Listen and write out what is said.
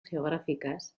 geográficas